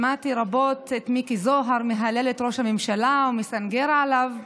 שמעתי רבות את מיקי זוהר מהלל את ראש הממשלה ומסנגר עליו.